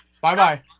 Bye-bye